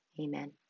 Amen